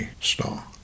star